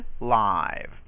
live